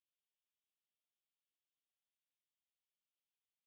of course watching shows is like my life you know